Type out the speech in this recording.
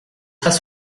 pas